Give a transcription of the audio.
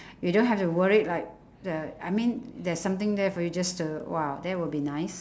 you don't have to worried like uh I mean there's something there for you just to !wow! that would be nice